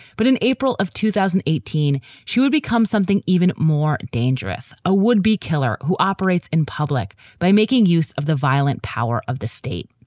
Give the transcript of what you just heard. but in april of two thousand and eighteen, she would become something even more dangerous, a would be killer who operates in public by making use of the violent power of the state.